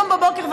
היום בבוקר,